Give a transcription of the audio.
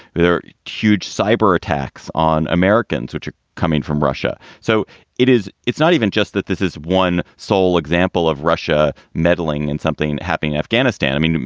there are huge cyber attacks on americans which are coming from russia. so it is it's not even just that this is one sole example of russia meddling in something happing afghanistan. i mean,